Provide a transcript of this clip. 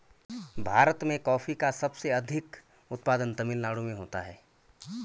भीरत में कॉफी का सबसे अधिक उत्पादन तमिल नाडु में होता है